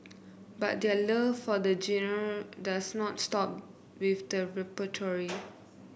but their love for the genre does not stop with the repertoire